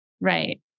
right